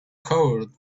covered